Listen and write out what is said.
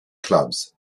clubs